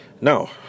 now